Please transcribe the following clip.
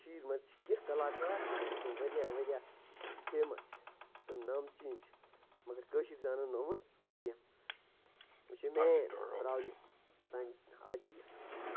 کٔشیٖرِ منٛز چھِ کیٚنٛہہ کَلاکار یِم واریاہ واریاہ فیمَس چھِ تِم نامچیٖن چھِ مگر کٲشِرۍ زانَن نہٕ یِمَن کیٚنٛہہ یہِ چھِ مین پرٛابلِم سانہِ اَجہِ یَتھ یوٗتھ